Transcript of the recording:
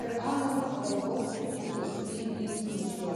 ir alavo spalvos upės vingį už jo